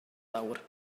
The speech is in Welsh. fawr